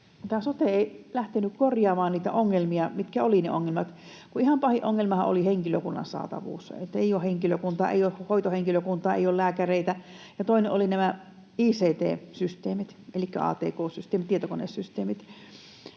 sote ei lähtenyt korjaamaan niitä ongelmia, mitkä olivat ne ongelmat. Ihan pahin ongelmahan oli henkilökunnan saatavuus: että ei ole henkilökuntaa, ei ole hoitohenkilökunta, ei ole lääkäreitä. Toinen oli ict-systeemit elikkä atk-systeemit, tietokonesysteemit.